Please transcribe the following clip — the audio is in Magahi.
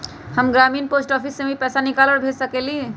हम ग्रामीण पोस्ट ऑफिस से भी पैसा निकाल और भेज सकेली?